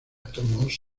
átomos